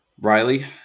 Riley